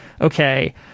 okay